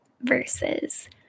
verses